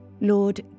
Lord